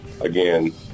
again